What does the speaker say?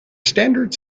standard